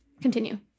Continue